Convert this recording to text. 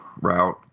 route